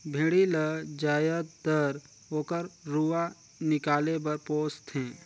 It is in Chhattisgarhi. भेड़ी ल जायदतर ओकर रूआ निकाले बर पोस थें